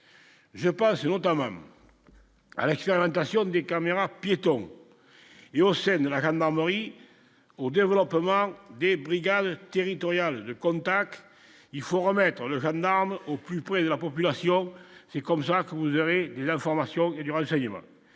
je pense notamment à l'accès à l'intention des caméras piétons et au sein de la grande Amaury au développement des brigades territoriales de contact, il faut remettre le gendarme au plus près de la population, c'est comme ça que vous avez l'information qu'il y aura également